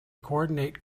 coordinate